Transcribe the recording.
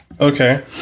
Okay